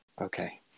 okay